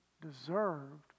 deserved